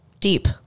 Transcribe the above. deep